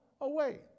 away